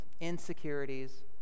insecurities